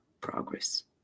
progress